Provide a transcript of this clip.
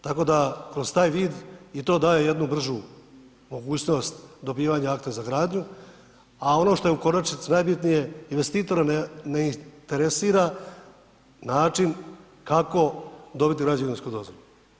Tako da kroz taj vid i to daje jednu bržu mogućnost dobivanja akta za gradnju, a ono što je u konačnici najbitnije investitora ne interesira način kako dobiti građevinsku dozvolu.